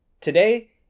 Today